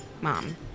Mom